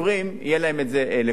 זה יהיה להם לכל החיים,